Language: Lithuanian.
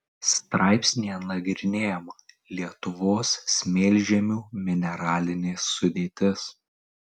straipsnyje nagrinėjama lietuvos smėlžemių mineralinė sudėtis